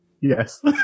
Yes